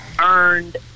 earned